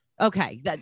Okay